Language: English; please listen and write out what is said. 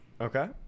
Okay